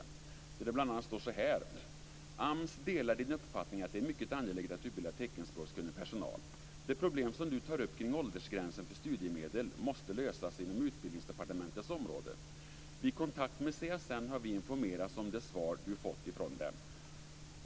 Där står det bl.a. så här: "AMS delar din uppfattning att det är mycket angeläget att utbilda teckenspråkskunnig personal. Det problem som du tar upp kring åldersgränsen för studiemedel, måste lösas inom Utbildningsdepartementets område. Vid kontakt med CSN har vi informerats om det svar du fått från dem."